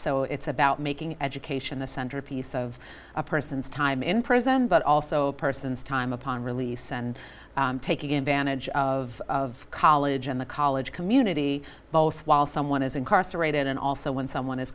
so it's about making education the centerpiece of a person's time in prison but also a person's time upon release and taking advantage of college and the college community both while someone is incarcerated and also when someone is